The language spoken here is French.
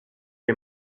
les